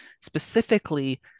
specifically